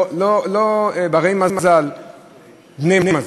לא ברי-מזל, בני-מזל.